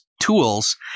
Tools